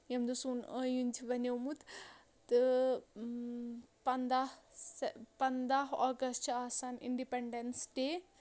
ییٚمہِ دۄہ سون ٲیٖن چھِ بَنیومُت تہٕ پَنٛداہ سیٚہ پنٛداہ اۄگَست چھِ آسان اِنٛڈِپٮ۪نٛڈٮ۪نٕس ڈے